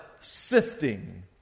sifting